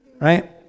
Right